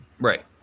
Right